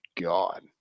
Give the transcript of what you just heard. God